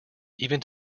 even